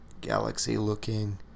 galaxy-looking